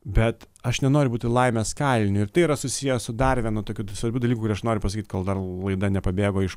bet aš nenoriu būti laimės kailiniu ir tai yra susiję su dar vienu tokiu svarbiu dalyku kurį aš noriu pasakyt kol dar laida nepabėgo iš